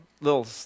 little